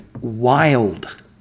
wild